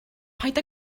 paid